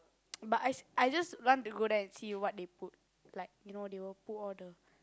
but I I just run to go there and see what they put like you know they would put all the